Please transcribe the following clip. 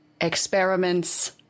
Experiments